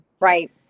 right